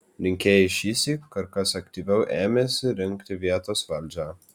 rinkėjai šįsyk kur kas aktyviau ėmėsi rinkti vietos valdžią